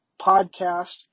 podcast